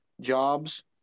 jobs